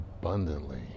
abundantly